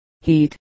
heat